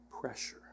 pressure